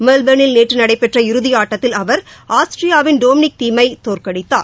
மெவ்பர்னில் நேற்று நடைபெற்ற இறுதியாட்டத்தில் அவர் ஆஸ்திரியாவின் டோமினிக் தீம் ஐ தோற்கடித்தார்